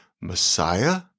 Messiah